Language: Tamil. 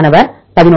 மாணவர் 11